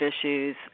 issues